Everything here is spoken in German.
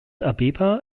abeba